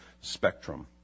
spectrum